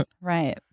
Right